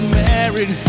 married